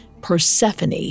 Persephone